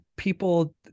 People